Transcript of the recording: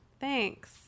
Thanks